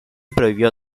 prohibió